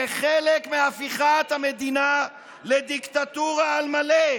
זה חלק מהפיכת המדינה לדיקטטורה על מלא.